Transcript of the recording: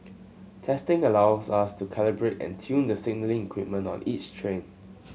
testing allows us to calibrate and tune the signalling equipment on each train